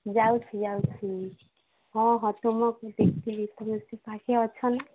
ଯାଉଛି ଯାଉଛି ହଁ ହଁ ତୁମକୁ ଦେଖିଲି ତୁମେ ସେପାଖେ ଅଛନା